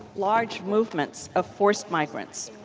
large movements of forced migrants.